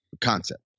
concept